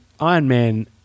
Ironman